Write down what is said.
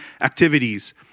activities